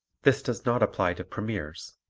this does not apply to premieres,